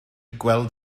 gweld